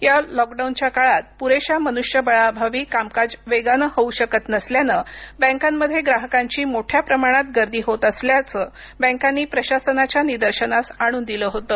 या लॉकडाऊनच्या काळात पुरेशा मनुष्यबळाअभावी कामकाज वेगानं होऊ शकत नसल्यानं बँकांमध्ये ग्राहकांची मोठ्या प्रमाणात गर्दी होत असल्याचं बँकांनी प्रशासनाच्या निदर्शनास आणून दिलं होतं